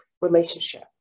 relationship